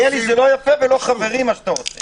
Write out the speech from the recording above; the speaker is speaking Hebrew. מלכיאלי, זה לא יפה ולא חברי מה שאתה עושה.